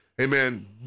Amen